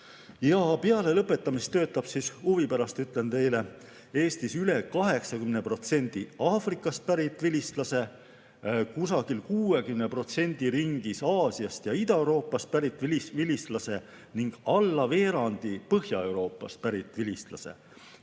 Peale lõpetamist töötab – huvi pärast ütlen teile – Eestis üle 80% Aafrikast pärit vilistlase, 60% ringis Aasiast ja Ida‑Euroopast pärit vilistlase ning alla veerandi Põhja‑Euroopast pärit vilistlase.